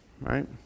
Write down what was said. Right